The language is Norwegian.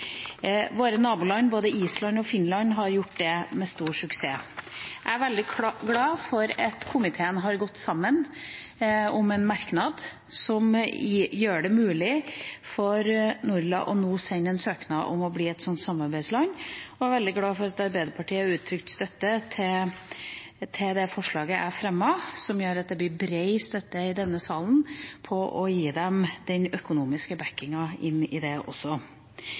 Våre naboland Island og Finland har gjort det med stor suksess. Jeg er veldig glad for at komiteen har gått sammen om en merknad som gjør det mulig for NORLA nå å sende en søknad om å bli et samarbeidsland. Og jeg er veldig glad for at Arbeiderpartiet har uttrykt støtte til det forslaget jeg fremmet, som gjør at det blir bred støtte i denne salen til å gi dem den økonomiske oppbakkinga i det også.